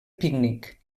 pícnic